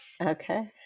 Okay